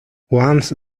once